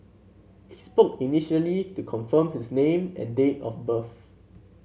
he spoke initially to confirm his name and date of birth